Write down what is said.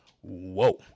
whoa